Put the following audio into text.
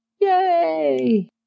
Yay